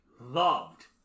loved